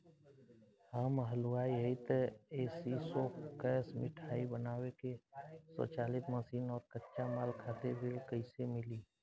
हम हलुवाई हईं त ए.सी शो कैशमिठाई बनावे के स्वचालित मशीन और कच्चा माल खातिर ऋण कइसे मिली?